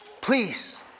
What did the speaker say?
please